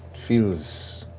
feels